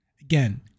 again